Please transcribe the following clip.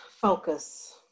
focus